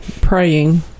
praying